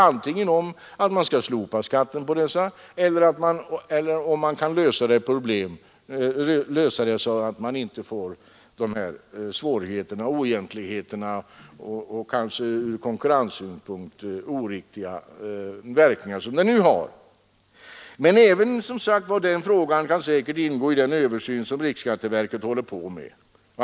Antingen väntar man ett förslag om att skatten skall slopas på mässor och utställningar eller också något annat förslag, som tar bort de oriktiga verkningar som den nu har. Men också den frågan kan säkerligen ingå i den översyn som riksskatteverket håller på med.